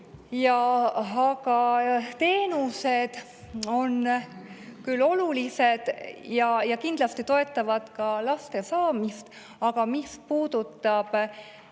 Aga teenused on olulised ja kindlasti toetavad ka laste saamist. Mis puudutab